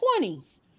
20s